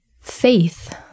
faith